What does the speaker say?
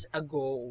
ago